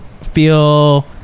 Feel